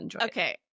Okay